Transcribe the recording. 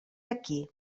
aquí